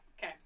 okay